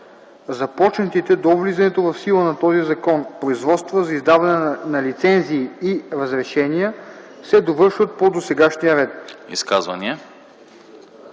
Започнатите до влизането в сила на този закон производства за издаване на лицензии и разрешения се довършват по досегашния ред.”